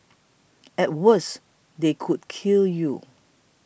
at worst they could kill you